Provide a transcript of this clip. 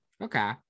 Okay